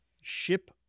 ship